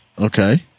Okay